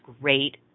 great